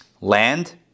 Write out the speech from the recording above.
Land